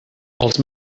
els